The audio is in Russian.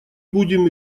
будем